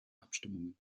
abstimmungen